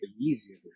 easier